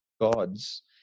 gods